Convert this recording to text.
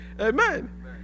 Amen